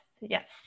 yes